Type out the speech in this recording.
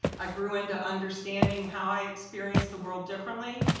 i grew into understanding how i experienced the world differently,